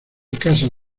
casas